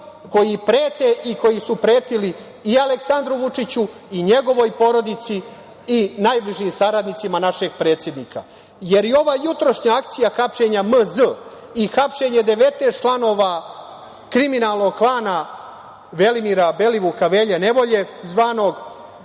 koji prete i koji su pretili i Aleksandru Vučiću i njegovoj porodici i najbližim saradnicima našeg predsednika. Ova jutrošnja akcija hapšenja M.Z. i hapšenje 19 članova kriminalnog klana Velimira Belivuka, Velje nevolje zvanog,